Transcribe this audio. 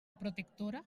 protectora